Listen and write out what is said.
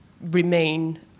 Remain